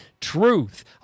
truth